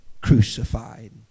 crucified